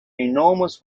enormous